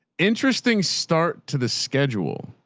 interesting. start to the schedule.